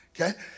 Okay